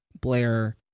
Blair